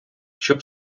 щоб